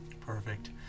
Perfect